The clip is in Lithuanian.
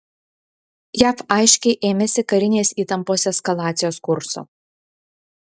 jav aiškiai ėmėsi karinės įtampos eskalacijos kurso